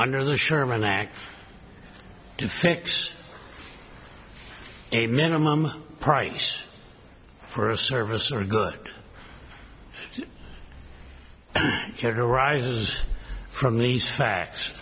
under the sherman act to fix a minimum price for a service or a good hitter arises from these facts